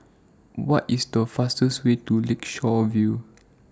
What IS The fastest Way to Lakeshore View